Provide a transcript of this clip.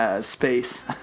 space